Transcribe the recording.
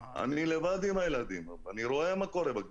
אני לבד עם הילדים ואני רואה מה קורה בכבישים.